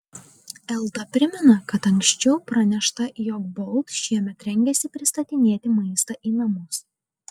elta primena kad anksčiau pranešta jog bolt šiemet rengiasi pristatinėti maistą į namus